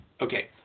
Okay